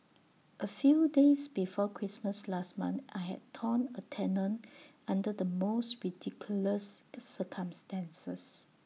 A few days before Christmas last month I had torn A tendon under the most ridiculous circumstances